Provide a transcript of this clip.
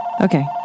Okay